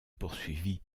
poursuivit